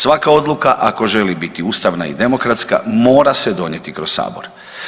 Svaka odluka ako želi biti ustavna i demokratska mora se donijeti kroz Sabora.